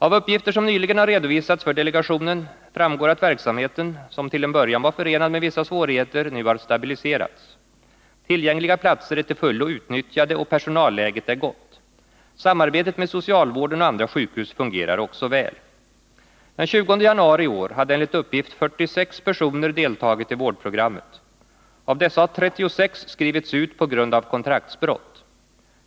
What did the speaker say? Av uppgifter som nyligen har redovisats för delegationen framgår att verksamheten, som till en början var förenad med vissa svårigheter, nu har stabiliserats. Tillgängliga platser är till fullo utnyttjade, och personalläget är gott. Samarbetet med socialvården och andra sjukhus fungerar också väl. Den 20 januari i år hade enligt uppgift 46 personer deltagit i vårdprogrammet. Av dessa har 36 skrivits ut på grund av kontraktsbrott.